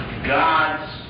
God's